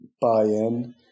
buy-in